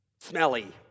Smelly